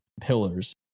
pillars